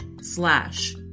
slash